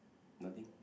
nothing